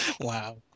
Wow